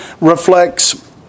reflects